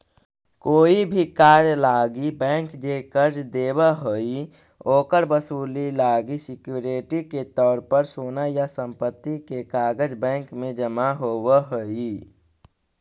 कोई भी कार्य लागी बैंक जे कर्ज देव हइ, ओकर वसूली लागी सिक्योरिटी के तौर पर सोना या संपत्ति के कागज़ बैंक में जमा होव हइ